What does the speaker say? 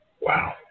Wow